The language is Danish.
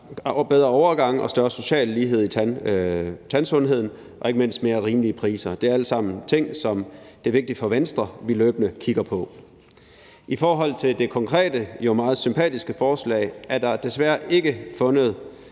bedre overgang og større social lighed i tandsundheden og ikke mindst mere rimelige priser. Det er alt sammen ting, som det er vigtigt for Venstre at vi løbende kigger på. I forhold til det konkrete og jo meget sympatiske forslag er der desværre ikke fundet